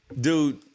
dude